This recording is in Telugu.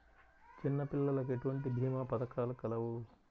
చిన్నపిల్లలకు ఎటువంటి భీమా పథకాలు కలవు?